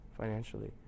financially